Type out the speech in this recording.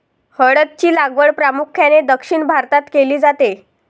हळद ची लागवड प्रामुख्याने दक्षिण भारतात केली जाते